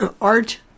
art